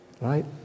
right